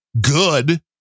good